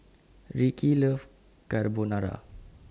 Rickey loves Carbonara